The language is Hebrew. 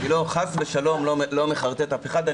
חס ושלום, אני לא מחרטט אף אחד.